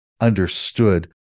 understood